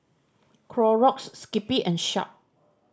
Clorox Skippy and Sharp